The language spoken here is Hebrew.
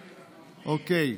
אוקיי,